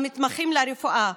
המתמחים ברפואה,